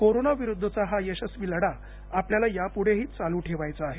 कोरोनाविरुद्धचा हा यशस्वी लढा आपल्याला यापुढेही चालू ठेवायचा आहे